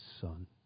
son